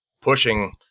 pushing